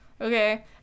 okay